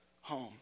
home